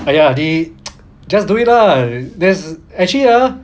!aiya! they just do it lah there's actually ah